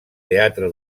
teatre